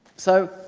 so,